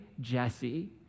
Jesse